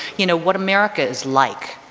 you know, what america is like,